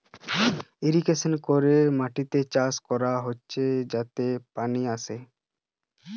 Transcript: irrigation করে মাটিতে চাষ করা হতিছে যাতে পানি আসে